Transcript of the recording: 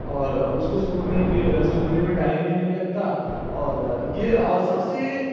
और उसको सूखने के सूखने में टाइम भी नहीं लगता और ये और सबसे